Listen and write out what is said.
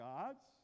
God's